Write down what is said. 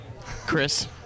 Chris